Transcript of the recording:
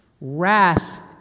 Wrath